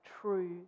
true